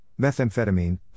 methamphetamine